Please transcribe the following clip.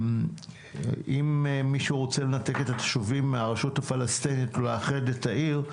אם מישהו רוצה לנתק את הישובים מהרשות הפלסטינית ולאחד את העיר,